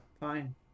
fine